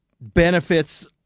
benefits